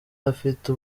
afite